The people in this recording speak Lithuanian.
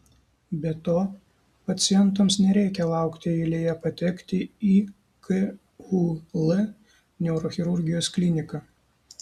be to pacientams nereikia laukti eilėje patekti į kul neurochirurgijos kliniką